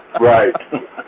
right